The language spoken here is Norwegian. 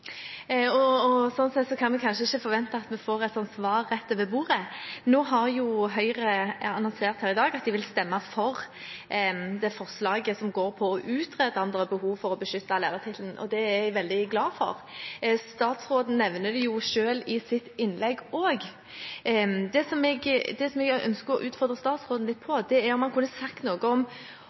sett kan vi kanskje ikke forvente at vi får et svar rett over bordet. Høyre har i dag annonsert at de vil stemme for forslaget som handler om å utrede om det er behov for å beskytte lærertittelen, og det er jeg veldig glad for. Statsråden nevner det selv i sitt innlegg også. Jeg ønsker å utfordre statsråden på om han kunne sagt noe om